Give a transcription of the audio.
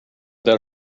that